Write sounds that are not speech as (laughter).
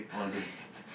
(laughs)